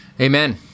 Amen